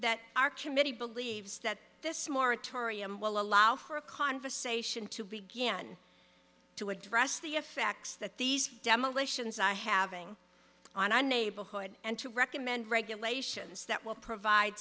that our committee believes that this moratorium will allow for a conversation to begin to address the effects that these demolitions i having on the neighborhood and to recommend regulations that will provide